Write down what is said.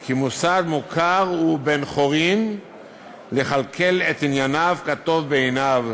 כי מוסד מוכר הוא בן-חורין לכלכל את ענייניו כטוב בעיניו,